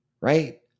right